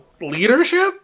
Leadership